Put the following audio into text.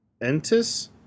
Entis